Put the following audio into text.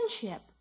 friendship